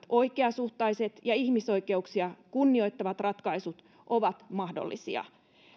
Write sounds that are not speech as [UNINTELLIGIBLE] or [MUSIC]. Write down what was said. [UNINTELLIGIBLE] oikeasuhtaiset ja ihmisoikeuksia kunnioittavat ratkaisut ovat mahdollisia